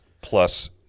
plus